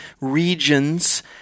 regions